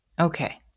Okay